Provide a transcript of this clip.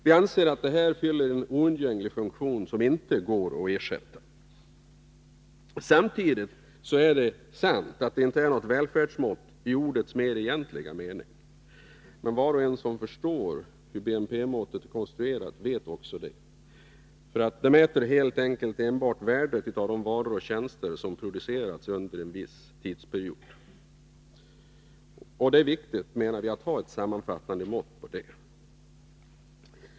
Vi anser att det här fyller en oundgänglig funktion som inte kan ersättas. Samtidigt är det sant att det inte är något välfärdsmått i ordets egentliga mening. Var och en som förstår hur BNP-måttet är konstruerat vet också detta. BNP mäter helt enkelt enbart värdet av de varor och tjänster som producerats under en viss tidsperiod. Enligt min mening är det viktigt att vi har ett sammanfattande mått på detta.